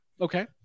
okay